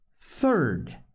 third